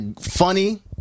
funny